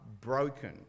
broken